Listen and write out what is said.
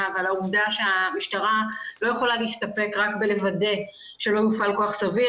ועל העובדה שהמשטרה לא יכולה להסתפק רק בלוודא שלא מופעל כוח סביר,